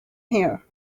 here